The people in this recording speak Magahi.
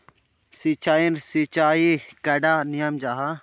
सिंचाई सिंचाईर कैडा नियम जाहा?